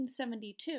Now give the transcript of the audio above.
1972